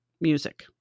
music